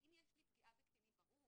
כי אם יש לי פגיעה בקטינים - ברור